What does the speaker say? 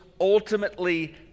ultimately